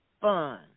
fun